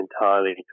entirely